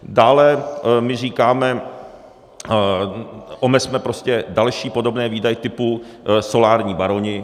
Dále my říkáme, omezme prostě další podobné výdaje typu solární baroni.